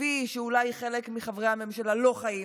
כפי שאולי חלק מחברי הממשלה לא חיים,